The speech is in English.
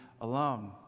alone